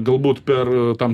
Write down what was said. galbūt per tam